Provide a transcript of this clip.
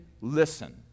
listen